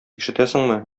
ишетәсеңме